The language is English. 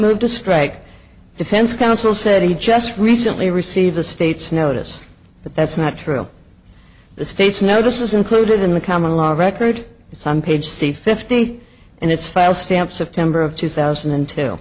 moved to strike defense counsel said he just recently received the state's notice but that's not true the state's notice is included in the common law record it's on page c fifty and it's file stamp september of two thousand and two